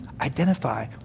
identify